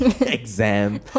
exam